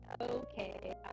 okay